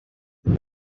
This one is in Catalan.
els